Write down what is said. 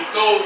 go